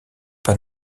pas